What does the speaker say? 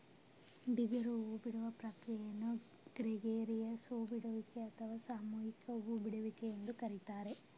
ಬಿದಿರು ಹೂಬಿಡುವ ಪ್ರಕ್ರಿಯೆಯನ್ನು ಗ್ರೆಗೇರಿಯಸ್ ಹೂ ಬಿಡುವಿಕೆ ಅಥವಾ ಸಾಮೂಹಿಕ ಹೂ ಬಿಡುವಿಕೆ ಎಂದು ಕರಿತಾರೆ